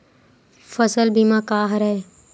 फसल बीमा का हरय?